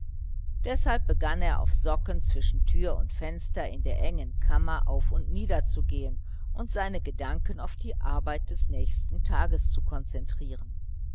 deshalb begann er auf socken zwischen tür und fenster in der engen kammer auf und nieder zu gehen und seine gedanken auf die arbeit des nächsten tages zu konzentrieren